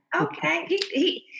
Okay